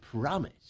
promise